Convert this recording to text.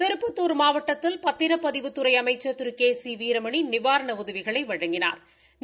திருப்பத்துா் மாவட்டத்தில் பத்திரப்பதிவுத்துறை அமைச்சா் திரு கே சி வீரமணி நிவாரண உதவிகளை வழங்கினா்